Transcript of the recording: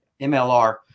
MLR